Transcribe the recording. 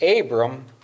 Abram